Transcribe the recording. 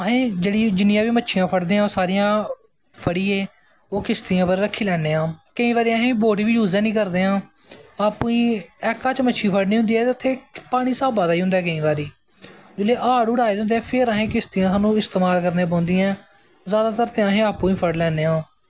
असीं जेह्ड़ी जिन्नियां बी मच्छियां फड़दे आं ओह् सारियां फढ़ियै ओह् किश्तियें पर रक्खी लैन्ने आं केईं बारी असीं बोट बी हैनी यूज़ करदे हां आपूं ई ऐका च मच्छी फड़नी होंदी ऐ ते उत्थै पानी स्हाबा दा गै होंदा ऐ केईं बारी जिसलै हाड़ हूड़ आए हे होंदे ऐं फिर असें किश्तियें दा सानूं इस्तमाल करने पौंदा ऐ जादातर ते असीं आपूं गै फ़ड़ लैन्ने आं